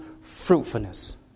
fruitfulness